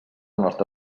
nostra